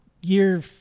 year